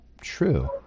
true